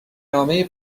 نامه